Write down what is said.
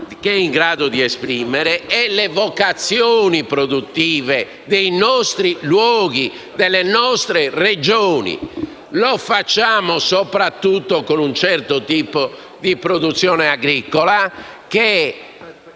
che è in grado di esprimere e le vocazioni produttive dei nostri luoghi e delle nostre Regioni. Lo facciamo soprattutto con un certo tipo di produzione agricola che